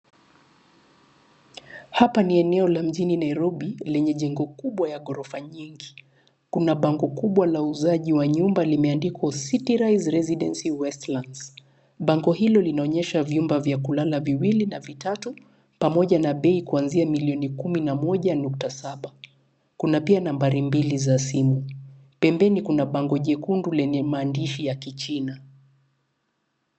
Hapa ni eneo la mjini Nairobi lenye jengo kubwa la ghorofa nyingi. Kuna bango kubwa la uuzaji wa nyumba limeandikwa City Rise Residency Westlands .Bango hilo linaonyesha vyumba vya kulala viwili na vitatu pamoja na bei kuanzia milioni kumi na moja nukta saba. Kuna pia nambari mbili za simu, pembeni kuna bango jekundu lenye maandishi ya kichina